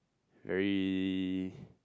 very